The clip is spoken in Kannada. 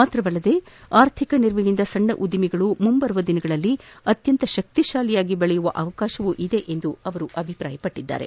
ಮಾತ್ರವಲ್ಲದೆ ಆರ್ಥಿಕ ನೆರವಿನಿಂದ ಸಣ್ಣ ಉದ್ದಿಮೆಗಳು ಮುಂದಿನ ದಿನಗಳಲ್ಲಿ ಅತ್ತಂತ ಶಕ್ತಿಶಾಲಿಯಾಗಿ ಬೆಳೆಯುವ ಅವಕಾಶವಿದೆ ಎಂದು ಅವರು ತಿಳಿಸಿದ್ದಾರೆ